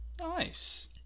Nice